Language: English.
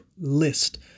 list